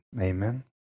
amen